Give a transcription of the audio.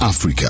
Africa